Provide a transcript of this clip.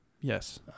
Yes